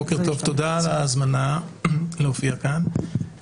בוקר טוב ותודה על ההזמנה להופיע כאן.